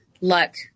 luck